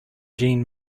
jean